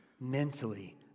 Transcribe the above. mentally